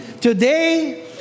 Today